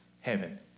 heaven